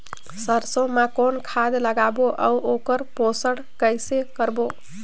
सरसो मा कौन खाद लगाबो अउ ओकर पोषण कइसे करबो?